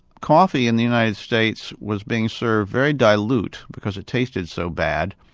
coffee in the united states was being served very dilute, because it tasted so bad,